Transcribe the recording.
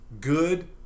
Good